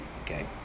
okay